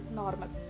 normal